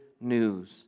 news